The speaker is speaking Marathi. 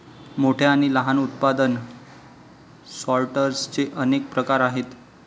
मोठ्या आणि लहान उत्पादन सॉर्टर्सचे अनेक प्रकार आहेत